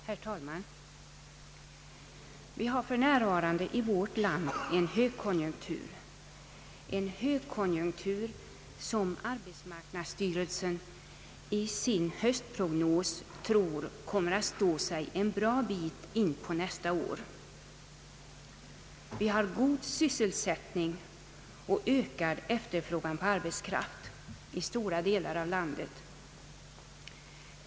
Herr talman! Vi har för närvarande i vårt land en högkonjunktur, en högkonjunktur som arbetsmarknadsstyrelsen i sin höstprognos tror kommer att stå sig en bra bit in på nästa år, Vi har god sysselsättning och ökad efterfrågan på arbetskraft i stora delar av landet.